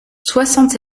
soixante